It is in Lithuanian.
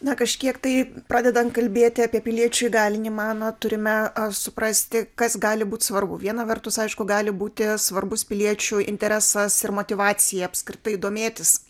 na kažkiek tai pradedant kalbėti apie piliečių įgalinimą na turime suprasti kas gali būti svarbu viena vertus aišku gali būti svarbus piliečių interesas ir motyvacija apskritai domėtis